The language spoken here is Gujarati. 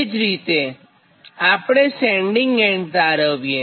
તે જ રીતે આપણે સેન્ડીંગ એન્ડ તારવીએ